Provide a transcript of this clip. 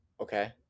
okay